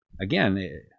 again